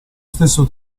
stesso